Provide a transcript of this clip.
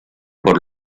por